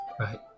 right